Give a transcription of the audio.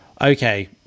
Okay